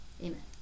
Amen